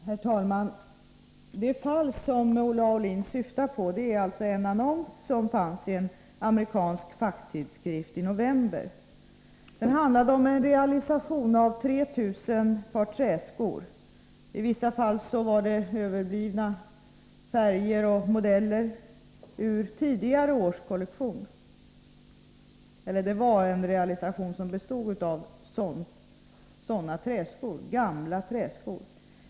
Herr talman! Det fall som Olle Aulin syftar på är alltså en annons som fanns i en amerikansk facktidskrift i november. Den handlade om en realisation av 3000 par träskor. Realisationen gällde överblivna färger och modeller ur tidigare års kollektioner — gamla träskor.